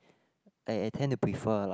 I~ I tend to prefer